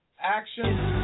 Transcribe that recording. action